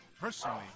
Personally